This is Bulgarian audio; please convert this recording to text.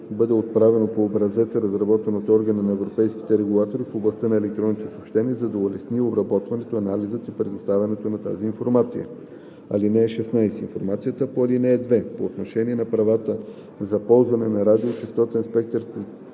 бъде отправено по образец, разработен от Органа на европейските регулатори в областта на електронните съобщения, за да се улесни обработването, анализът и представянето на тази информация. (16) Информацията по ал. 2 по отношение на правата за ползване на радиочестотен спектър